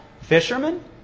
fishermen